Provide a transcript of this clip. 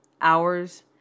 hours